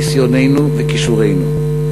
ניסיוננו וכישורינו.